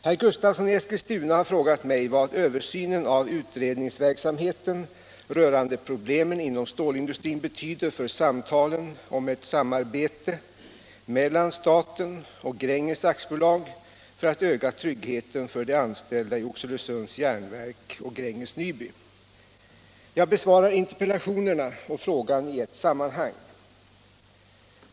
Herr Gustavsson i Eskilstuna har frågat mig vad översynen av utredningsverksamheten rörande problemen inom stålindustrin betyder för samtalen om ett samarbete mellan staten och Gränges AB för att öka tryggheten för de anställda i Oxelösunds Järnverk och Gränges Nyby. Jag besvarar interpellationerna och frågan i ett sammanhang.